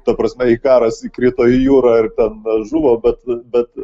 ta prasme ikaras įkrito į jūrą ir ten žuvo bet bet